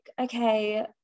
okay